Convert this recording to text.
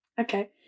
Okay